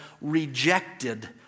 rejected